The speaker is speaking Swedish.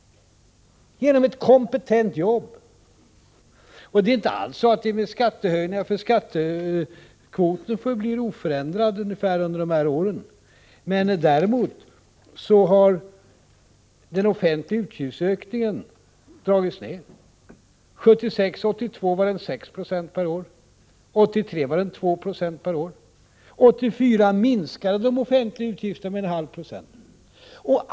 Det är inte alls så att vi har klarat detta genom skattehöjningar, för skattekvoten har förblivit ungefär oförändrad under de här åren. Men däremot har den offentliga utgiftsökningen dragits ned. 1976-1982 var den 6 96 per år. 1983 var den 2 96 per år. 1984 minskade de offentliga utgifterna med 0,5 96.